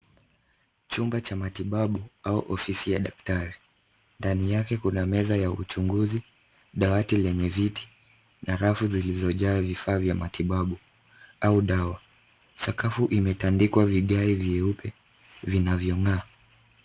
Chumba cha matibabu au ofisi ya daktari. Ndani yake kuna meza ya uchunguzi, dawati lenye viti na rafu zilizojaa vifaa vya matibabu au dawa. Sakafu imetandikwa vigae vyeupe vinavyong'aa.